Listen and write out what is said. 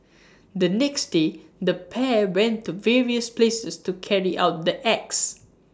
the next day the pair went to various places to carry out the acts